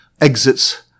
exits